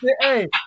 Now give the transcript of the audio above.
hey